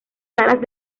salas